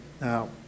Now